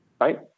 right